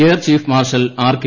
air chief marshal R K